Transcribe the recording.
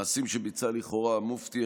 מעשים שביצע לכאורה המופתי,